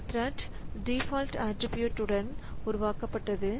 இந்த thread default ஆட்ரிபியூட்உடன் உருவாக்கப்பட்டது